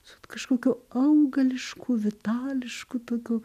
su kažkokiu paauglišku vitališkumu tokiu